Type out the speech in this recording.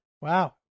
Wow